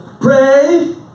Pray